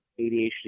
ADHD